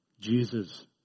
Jesus